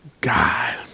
God